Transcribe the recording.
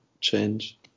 change